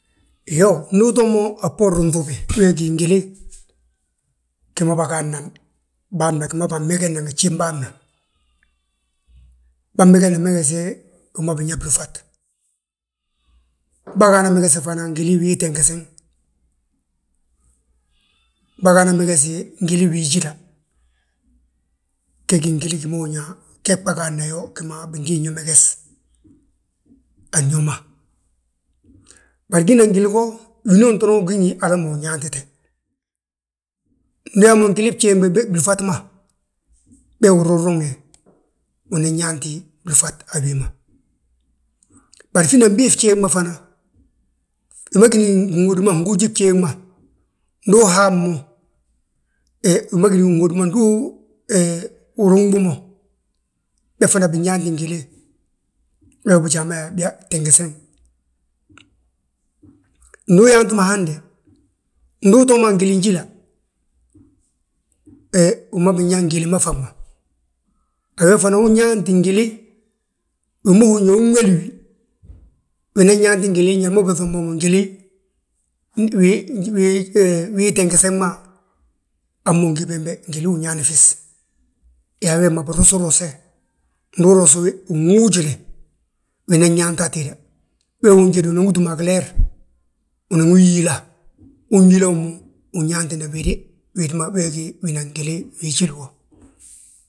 Iyoo, ndu utoo mo a bboorin, wee gí ngili, gi ma bâgaadnan, bân ma gima bânmegesna ngi gjif bâan ma. Bânmegesna megese wi ma binyaa blúŧa; Bâgaana meges fana ngili wii tengese. Bâgaana meges ngili wii jíla. Ge gi ngili gima húrin yaa, gee bâgaadna yoo gima bingin yo meges, an yo ma. Bari gina ngili go, winoon doroŋ bigí ngi, hala ma wi nyaantite, ndu uyaa mo ngili bjéeŋ be gí blúŧat ma. Be unruŋ ruŋe, unan yaanti blúŧa a bi ma. Bari fina mbii fjéeŋ ma fana, wi ma gini ginhódi ma fguunji bjéeŋ ma, ndu uhaf mo. He wi ma gini ginhódi ma, ndu uruŋbi mo, be fana binyaanti ngili, wee bijaa ma yaa biyaa tengeseŋ. Ndu uyaantu mo hande, ndu utoo mo a ngilin jíla, he wi ma binyaa ngili ma fana ma. A we fana unyaanti ngili, wi ma húri yaa unwéli wi, winan yaanti ngili njali ma ubiiŧam bommu ngili wii tengeseŋ ma, hamma win gí bembe ngili uñaani fis, yaa wee ma birosi rose, ndu urosi wi, wi nŋuujile, binan nyaanta atéda, we unŋuuji a unan wi túm a gileer, anan wi yíila, unyíila wi mo, win yaantina wéde, wédi ma wee gí ngili wii jíli wo